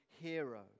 hero